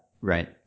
right